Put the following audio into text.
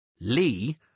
Lee